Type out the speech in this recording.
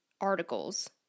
articles